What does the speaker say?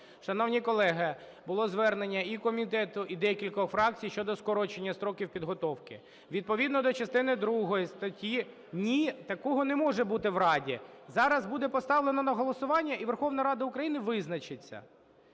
Шановні колеги, було звернення і комітету, і декількох фракцій щодо скорочення строків підготовки. Відповідно до частини другої статті… (Шум у залі) Ні, такого не може бути в Раді! Зараз буде поставлено на голосування і Верховна Рада України визначиться.